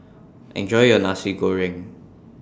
Enjoy your Nasi Goreng